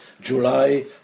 July